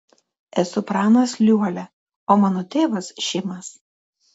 esu pranas liuolia o mano tėvas šimas